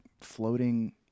floating